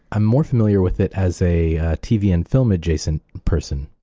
i'm more familiar with it as a tv and film-adjacent person.